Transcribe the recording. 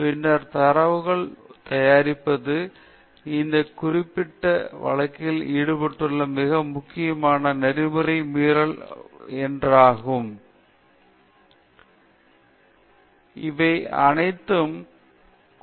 பின்னர் தரவுகளைத் தயாரிப்பது இந்த குறிப்பிட்ட வழக்கில் ஈடுபட்டுள்ள மிக முக்கியமான நெறிமுறை மீறல்களில் ஒன்றாகும் இதில் சந்தேகமே இல்லை நம்பிக்கை இல்லாமை ஏனெனில் அவர் அனைத்து அடிப்படை கொள்கைகளையும் மீறுகிறார் பொது நம்பிக்கை முற்றிலும் இந்த வழக்கில் இழக்கப்படுகிறது ஒருமைப்பாடு இல்லாதது ஏமாற்றுதல்